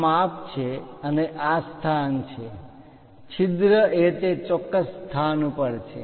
આ માપ છે અને આ સ્થાન છે છિદ્ર એ તે ચોક્કસ સ્થાન પર છે